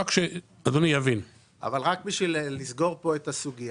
רק בשביל לסגור פה את הסוגייה: